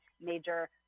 major